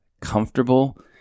comfortable